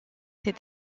ses